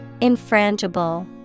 Infrangible